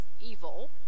Evil